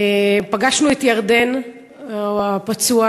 פגשנו את ירדן הפצוע,